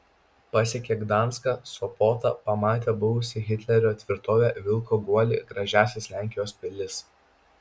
pasiekia gdanską sopotą pamatė buvusią hitlerio tvirtovę vilko guolį gražiąsias lenkijos pilis